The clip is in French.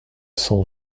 cent